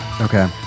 okay